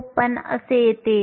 54 असे येते